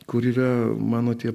kur yra mano tie